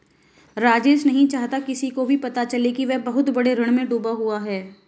राजेश नहीं चाहता किसी को भी पता चले कि वह बहुत बड़े ऋण में डूबा हुआ है